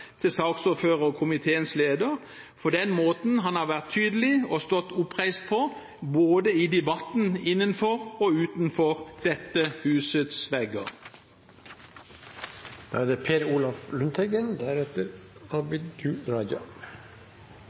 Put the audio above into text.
til saksordfører og komiteens leder for den måten han har vært tydelig og stått oppreist på i debatten både innenfor og utenfor dette husets vegger. Jeg vil først takke den anonyme varsleren – en varsler som fortsatt er